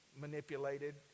manipulated